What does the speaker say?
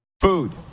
food